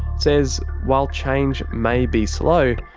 says while change may be slow,